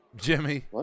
Jimmy